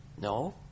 No